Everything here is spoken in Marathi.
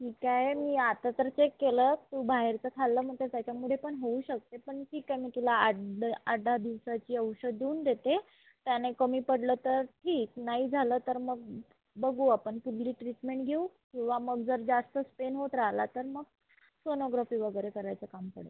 ठीक आहे मी आता तर चेक केलं तू बाहेरचं खाल्ल्यानंतर त्याच्यामुळे पण होऊ शकते पण ठीक आहे मी तुला आठद आठदहा दिवसाची औषध देऊन देते त्याने कमी पडलं तर ठीक नाही झालं तर मग बघू आपण पुढली ट्रीटमेंट घेऊ किंवा मग जर जास्तच पेन होत राहिला तर मग सोनोग्रपी वगैरे करायचं काम पडेल